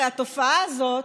הרי התופעה הזאת,